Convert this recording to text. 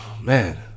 man